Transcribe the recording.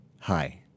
Hi